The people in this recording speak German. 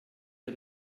der